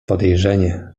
podejrzenie